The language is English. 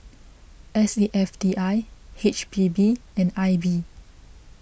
S A F T I H P B and I B